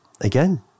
again